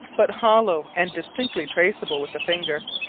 but hollow and distinctly traceable with the finger.